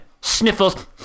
sniffles